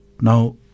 Now